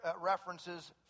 references